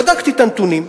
בדקתי את הנתונים,